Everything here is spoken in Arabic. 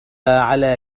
على